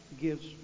gives